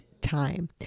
time